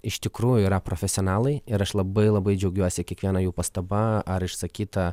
iš tikrųjų yra profesionalai ir aš labai labai džiaugiuosi kiekviena jų pastaba ar išsakyta